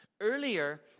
Earlier